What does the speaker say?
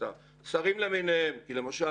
את השרים למיניהם כי למשל,